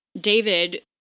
David